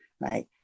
right